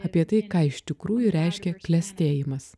apie tai ką iš tikrųjų reiškia klestėjimas